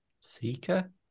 Seeker